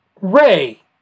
Ray